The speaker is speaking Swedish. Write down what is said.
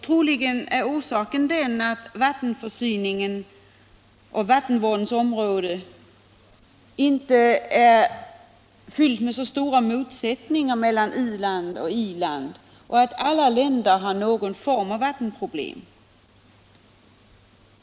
Troligen är orsaken den att det på vattenförsyningens och vattenvårdens område inte finns så hårda motsättningar mellan u-land och i-land och att alla länder har någon form av vattenproblem.